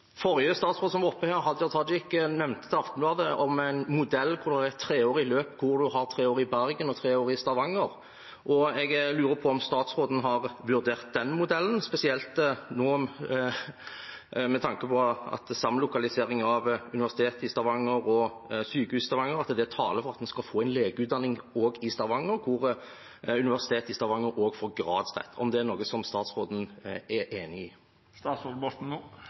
Forrige statsråd som var oppe her, Hadia Tajik, nevnte i Aftenbladet en modell for et treårig løp, hvor en har tre år i Bergen og tre år i Stavanger. Jeg lurer på om statsråden har vurdert den modellen, spesielt nå med tanke på samlokalisering av Universitetet i Stavanger og sykehuset i Stavanger, at det taler for at en skal få en legeutdanning også i Stavanger, hvor Universitetet i Stavanger også får gradsrett – om det er noe statsråden er enig i.